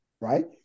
right